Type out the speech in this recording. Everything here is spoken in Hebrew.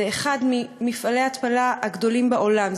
זה אחד ממפעלי ההתפלה הגדולים בעולם.